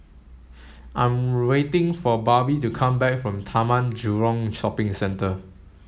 I'm waiting for Barbie to come back from Taman Jurong Shopping Centre